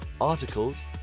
articles